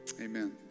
amen